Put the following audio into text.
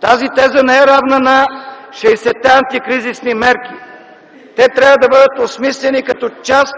Тази теза не е равна на 60-те антикризисни мерки. Те трябва да бъдат осмислени като част